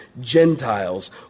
Gentiles